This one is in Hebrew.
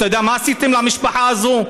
אתה יודע מה עשיתם למשפחה הזו?